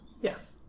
Yes